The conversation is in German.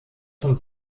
zum